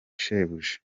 shebuja